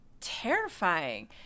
terrifying